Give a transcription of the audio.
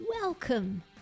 welcome